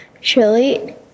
Surely